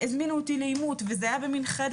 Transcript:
הזמינו אותי לעימות וזה היה בחדר